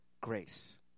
grace